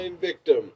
victim